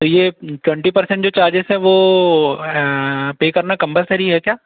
तो ये twenty percent जो चार्जेस है वो पे करना कंपलसरी है क्या